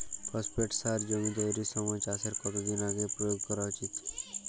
Phosphate সার জমি তৈরির সময় চাষের কত দিন আগে প্রয়োগ করা উচিৎ?